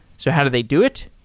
so how do they do it?